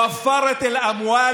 ) (אומר בערבית: